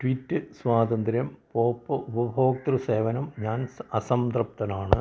tweet സ്വാതന്ത്ര്യം pop ഉപഭോക്തൃ സേവനം ഞാൻ സ് അസംതൃപ്തനാണ്